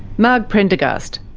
marg prendergast.